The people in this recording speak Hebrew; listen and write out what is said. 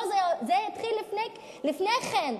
זה התחיל לפני כן,